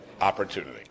opportunity